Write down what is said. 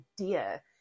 idea